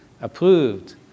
approved